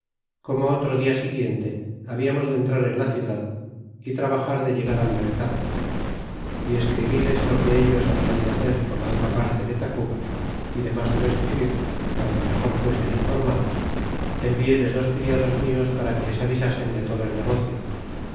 corno otro dia siguiente hablamos de entrar en la ciudad y trabajar de llegar al mercado y escribiles lo que ellos baldan de hacer por la otra parte de tacuba y densas de lo escribir para que mejor fuesen itiformados envieles e dos criados rulos para que les as isasen de todo el negocio